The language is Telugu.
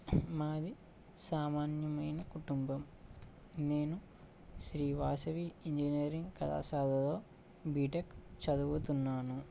మాది సామాన్యమైన కుటుంబం నేను శ్రీ వాసవి ఇంజినీరింగ్ కళాశాలలో బీటెక్ చదువుతున్నాను